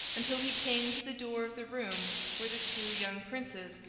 until he came to the door of the room where the two young princes,